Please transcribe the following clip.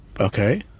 Okay